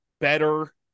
better